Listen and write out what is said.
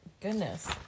Goodness